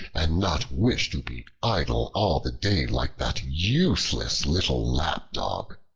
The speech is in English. and not wish to be idle all the day like that useless little lapdog!